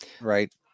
right